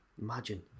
Imagine